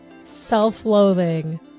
self-loathing